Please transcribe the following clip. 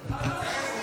לעשות,